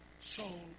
soul